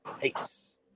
Peace